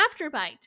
AfterBite